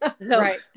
Right